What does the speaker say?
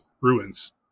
ruins